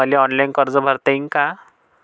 मले ऑनलाईन कर्ज भरता येईन का?